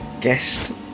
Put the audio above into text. guest